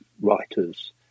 writers